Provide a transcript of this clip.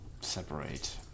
separate